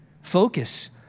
focus